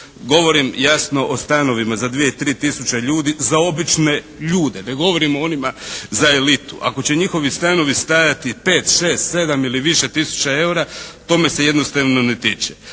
Govorim jasno o stanovima za 2, 3000 ljudi, za obične ljude. Ne govorim o onima za elitu. Ako će njihovi stanovi stajati 5,6,7 ili više tisuća eura to me se jednostavno ne tiče.